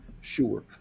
sure